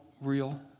real